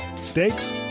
Steaks